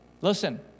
listen